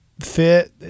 fit